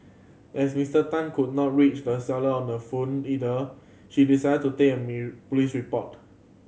as Mister Tan could not reach the seller on the phone either she decided to take a police report